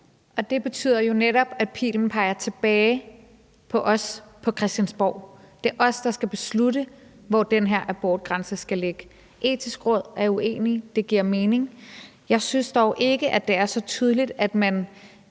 Det betyder jo netop, at pilen peger tilbage på os på Christiansborg. Det er os, der skal beslutte, hvor den her abortgrænse skal ligge. Det Etiske Råd er uenige, og det giver mening. Jeg synes dog ikke, at det er så tydeligt, at man